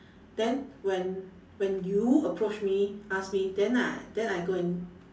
then when when you approached me ask me then I then I go and